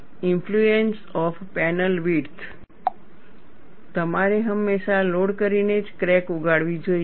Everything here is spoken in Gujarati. ઇન્ફ્લુએન્સ ઓફ પેનલ વિડથ તમારે હંમેશા લોડ કરીને જ ક્રેક ઉગાડવી જોઈએ